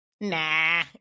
nah